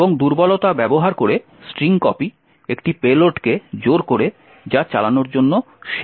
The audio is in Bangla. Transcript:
এবং দুর্বলতা ব্যবহার করে স্ট্রিং কপি একটি পেলোডকে জোর করে যা চালানোর জন্য শেল তৈরি করবে